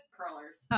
curlers